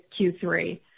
Q3